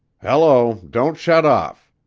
hello! don't shut off.